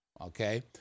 okay